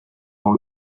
dans